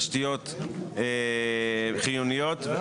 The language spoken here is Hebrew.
תשתיות חיוניות ותשתיות,